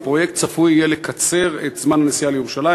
הפרויקט צפוי לקצר את זמן הנסיעה לירושלים,